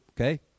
Okay